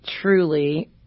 truly